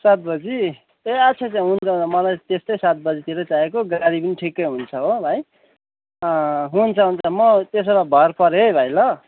सात बजी ए अच्छा अच्छा हुन्छ मलाई त्यस्तै सात बजीतिर चाहिएको गाडी ठिकै हुन्छ हो भाइ हुन्छ हुन्छ म त्यसो भए भर परे है भाइ ल